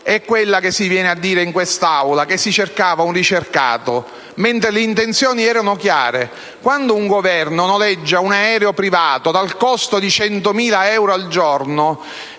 menzogna che si viene a dire in quest'Aula, signor Ministro, è che si cercava un ricercato, mentre le intenzioni erano chiare. Quando un Governo noleggia un aereo privato dal costo di 100.000 euro al giorno